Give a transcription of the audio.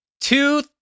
two